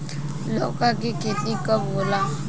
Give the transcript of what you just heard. लौका के खेती कब होला?